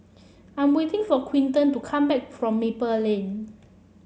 I'm waiting for Quinton to come back from Maple Lane